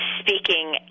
speaking